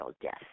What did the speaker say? death